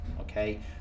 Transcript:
okay